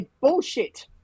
bullshit